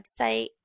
website